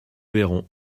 verront